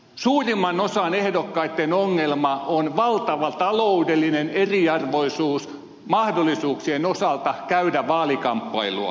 suurimmalla osalla ehdokkaista ongelma on valtava taloudellinen eriarvoisuus mahdollisuuksien osalta käydä vaalikamppailua